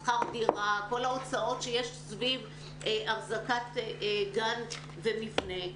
לשלם שכר דירה כל ההוצאות שיש סביב אחזקת גן ומבנה.